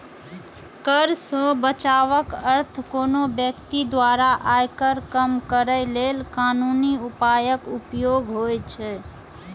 कर सं बचावक अर्थ कोनो व्यक्ति द्वारा आयकर कम करै लेल कानूनी उपायक उपयोग होइ छै